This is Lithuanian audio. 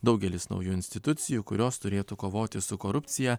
daugelis naujų institucijų kurios turėtų kovoti su korupcija